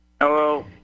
Hello